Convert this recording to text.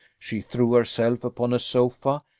she threw herself upon a sofa,